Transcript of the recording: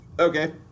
Okay